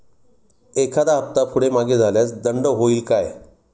एखादा हफ्ता पुढे मागे झाल्यास दंड होईल काय?